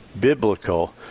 biblical